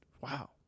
Wow